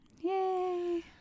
Yay